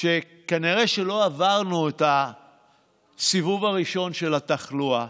שכנראה לא עברנו את הסיבוב הראשון של התחלואה,